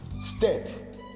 step